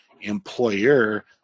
employer